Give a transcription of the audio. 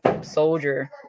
soldier